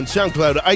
SoundCloud